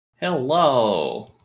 Hello